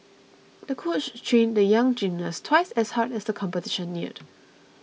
the coach trained the young gymnast twice as hard as the competition neared